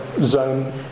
zone